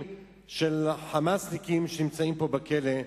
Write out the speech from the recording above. אצל ה"חמאסניקים" שנמצאים פה בכלא.